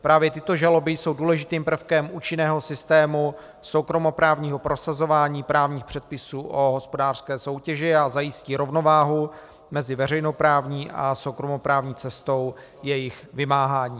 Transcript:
Právě tyto žaloby jsou důležitým prvkem účinného systému soukromoprávního prosazování právních předpisů o hospodářské soutěži a zajistí rovnováhu mezi veřejnoprávní a soukromoprávní cestou jejich vymáhání.